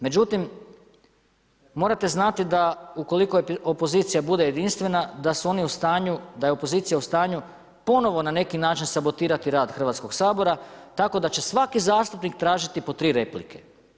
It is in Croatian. Međutim, morate znati da ukoliko opozicija bude jedinstvena, da su oni u stanju, da je opozicija u stanju ponovo na neki način sabotirati rad Hrvatskog sabor tako da će svaki zastupnik tražiti po tri replike.